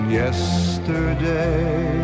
yesterday